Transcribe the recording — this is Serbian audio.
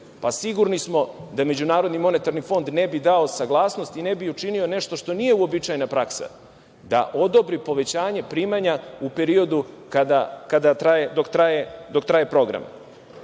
pa sigurni smo da MMF ne bi dao saglasnost i ne bi učinio nešto što nije uobičajena praksa, da odobri povećanje primanja u periodu dok traje program.